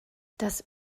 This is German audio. das